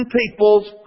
people's